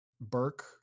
burke